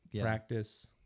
practice